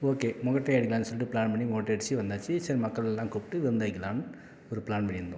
okay மொட்டை அடிக்கலான்னு சொல்லிட்டு ப்ளான் பண்ணி மொட்டை அடிச்சு வந்தாச்சு சரி மக்கள் எல்லாம் கூப்பிட்டு விருந்து வைக்கலான்னு ஒரு ப்ளான் பண்ணியிருந்தோம்